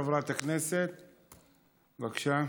חברת הכנסת, בבקשה.